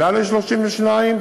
עלה ל-32,